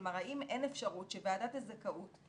כלומר, האם אין אפשרות שוועדת הזכאות תבחן.